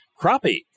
crappie